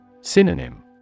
Synonym